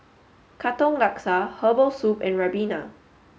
Katong Laksa Herbal Soup and Ribena